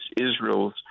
Israel's